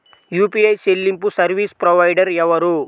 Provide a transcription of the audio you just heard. UPI చెల్లింపు service provider ఎవరు?